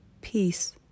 peace